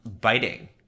biting